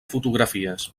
fotografies